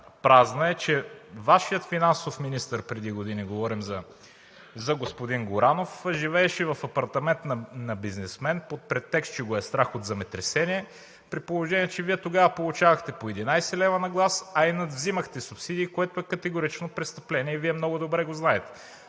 празна, е, че Вашият финансов министър преди години, говорим за господин Горанов, живееше в апартамент на бизнесмен под претекст, че го е страх от земетресение, при положение че Вие тогава получавахте по 11 лв. на глас, а и надвземахте субсидии, което пък е категорично престъпление и Вие много добре го знаете.